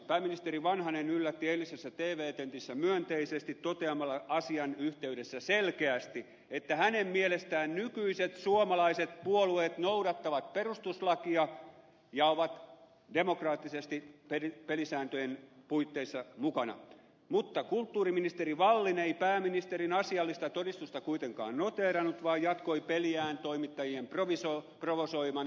pääministeri vanhanen yllätti eilisessä tv tentissä myönteisesti toteamalla asian yhteydessä selkeästi että hänen mielestään nykyiset suomalaiset puolueet noudattavat perustuslakia ja ovat demokraattisesti pelisääntöjen puitteissa mukana mutta kulttuuriministeri wallin ei pääministerin asiallista todistusta kuitenkaan noteerannut vaan jatkoi peliään löysiä puheita toimittajien provosoimana